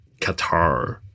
Qatar